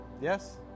Yes